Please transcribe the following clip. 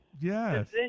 yes